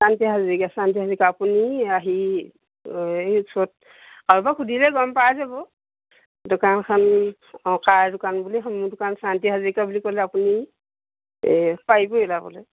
শান্তি হাজৰিকা শান্তি হাজৰিকা আপুনি আহি এই ওচৰত কাৰোবাক সুধিলেই গম পাই যাব দোকানখন অঁ কাৰ দোকান বুলি দোকান শান্তি হাজৰিকা বুলি ক'লে আপুনি এই পাৰিবই ওলাবলৈ